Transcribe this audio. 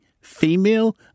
female